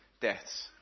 deaths